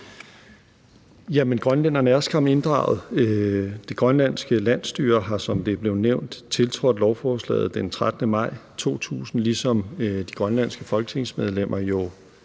grønlænderne er skam inddraget. Det grønlandske landsstyre har, som det er blevet nævnt, tiltrådt lovforslaget den 13. maj 2020, ligesom de grønlandske folketingsmedlemmer jo